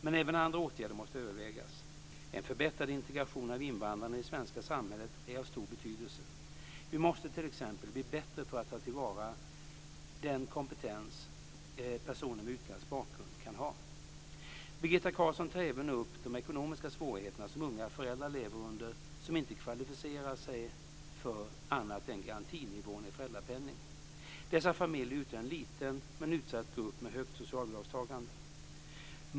Men även andra åtgärder måste övervägas. En förbättrad integration av invandrarna i det svenska samhället är av stor betydelse. Vi måste t.ex. bli bättre på att ta till vara den kompetens personer med utländsk bakgrund kan ha. Birgitta Carlsson tar även upp de ekonomiska svårigheter som unga föräldrar lever under som inte kvalificerat sig för annat än garantinivån i föräldrapenningen. Dessa familjer utgör en liten men utsatt grupp med högt socialbidragstagande.